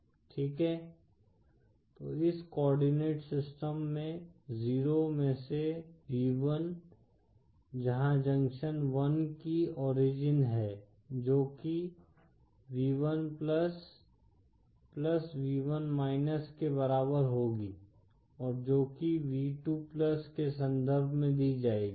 ठीक है तो इस कोआर्डिनेट सिस्टम में 0 में से v1 जहां जंक्शन 1 की ओरिजिन है जो कि v1 के बराबर होगी और जोकि v2 के संदर्भ में दी जाएगी